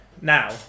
now